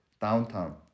downtown